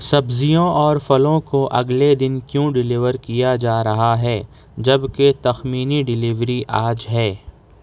سبزیوں اور پھلوں کو اگلے دن کیوں ڈیلیور کیا جا رہا ہے جبکہ تخمینی ڈیلیوری آج ہے